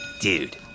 Dude